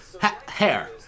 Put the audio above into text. Hair